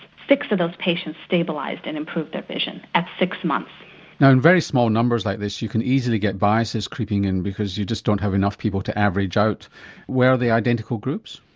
six of those patients stabilised and improved their vision, at six months. now in very small numbers like this, you can easily get biases creeping in because you just don't have enough people to average out were they identical groups?